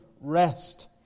rest